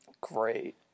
Great